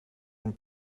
and